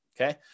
okay